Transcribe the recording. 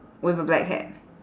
with a black hat